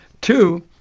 Two